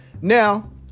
now